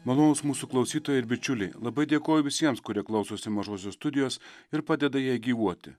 malonūs mūsų klausytojai ir bičiuliai labai dėkoju visiems kurie klausosi mažosios studijos ir padeda jai gyvuoti